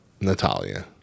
Natalia